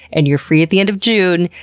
and you're free at the end of june,